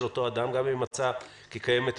אותו אדם גם אם מצא כי קיימת מניעה....